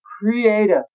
creative